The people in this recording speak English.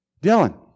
Dylan